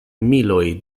miloj